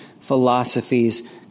philosophies